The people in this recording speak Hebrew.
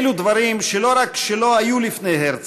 אלו דברים שלא רק שלא היו לפני הרצל,